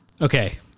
Okay